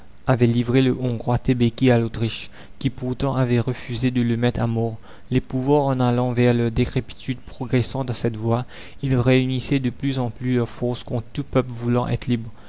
avait livré le hongrois tebeki à l'autriche qui pourtant avait refusé de le mettre à mort les pouvoirs en allant vers leur décrépitude progressant dans cette voie ils réunissaient de plus en plus leurs forces contre tout peuple voulant être libre